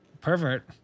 Pervert